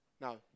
Now